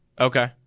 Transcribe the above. Okay